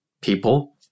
people